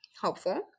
helpful